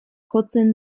jotzen